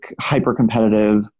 hyper-competitive